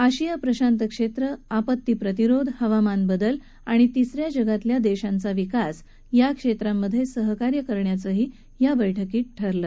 आशिया प्रशांत क्षेत्र आपत्ती प्रतिरोध हवामान बदल आणि तिस या जगातल्या देशांचा विकास या क्षेत्रामधे सहाकार्य करण्यांच ही ठरलं